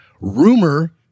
rumor